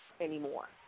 anymore